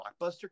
blockbuster